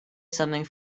something